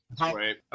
Right